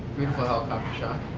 beautiful helicopter shot.